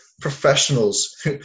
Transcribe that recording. professionals